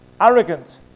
arrogant